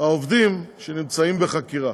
העובדים שנמצאים בחקירה.